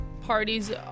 parties